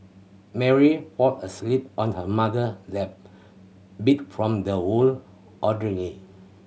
Mary fall asleep on her mother lap beat from the whole ordeal